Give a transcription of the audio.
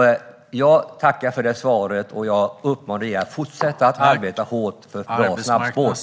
Jag tackar än en gång för svaret och uppmanar regeringen att fortsätta att arbeta hårt för bra snabbspår.